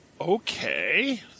okay